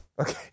Okay